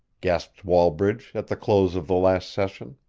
gasped wallbridge, at the close of the last session.